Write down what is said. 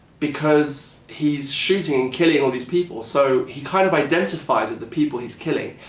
because, he's shooting, killing all these people. so he kind of identifies with the people he's killing.